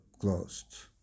closed